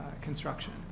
construction